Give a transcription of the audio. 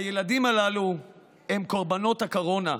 הילדים הללו הם קורבנות הקורונה,